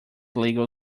legal